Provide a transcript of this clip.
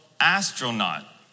astronaut